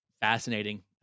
Fascinating